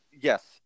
yes